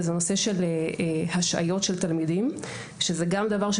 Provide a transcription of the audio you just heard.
וזה נושא ההשעיות של התלמידים שגורמים